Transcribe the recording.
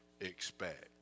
expect